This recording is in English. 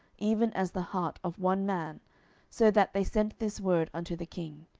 even as the heart of one man so that they sent this word unto the king,